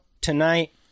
tonight